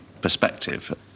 perspective